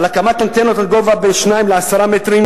על הקמת אנטנות בגובה בין 2 ל-10 מטרים,